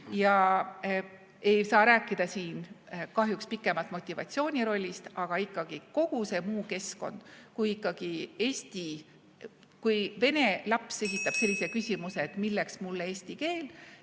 Ei saa rääkida siin kahjuks pikemalt motivatsiooni rollist, aga ikkagi, kogu see muu keskkond – kui ikkagi vene laps esitab sellise küsimuse, et milleks mulle eesti keel,